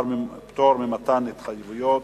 (פטור ממתן התחייבות),